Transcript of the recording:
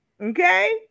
Okay